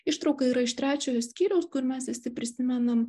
ištrauka yra iš trečiojo skyriaus kur mes visi prisimenam